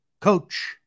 Coach